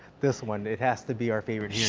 this one. it has to be our favorite. shhh,